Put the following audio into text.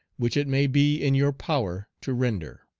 which it may be in your power to render.